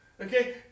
Okay